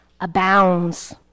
abounds